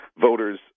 Voters